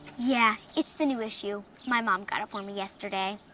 yeah, it's the new issue. my mom got it for me yesterday.